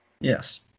Yes